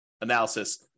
analysis